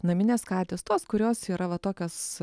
naminės katės tos kurios yra va tokios